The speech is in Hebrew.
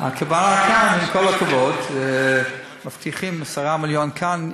את באה לכאן, עם כל הכבוד, מבטיחים 10 מיליון כאן,